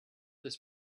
this